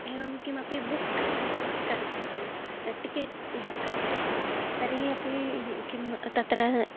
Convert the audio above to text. एवं किमपि book book कर्तव्यं टिकेट् बुक् कर्तव्यं तर्हि अपि किं तत्र